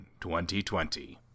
2020